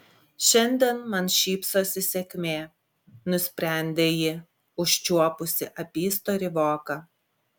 šiandien man šypsosi sėkmė nusprendė ji užčiuopusi apystorį voką